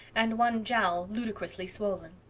and one jowl ludicrously swollen.